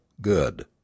GOOD